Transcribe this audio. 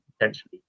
potentially